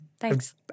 Thanks